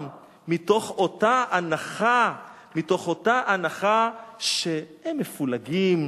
מתוך אותה הנחה שהם מפולגים,